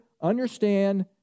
understand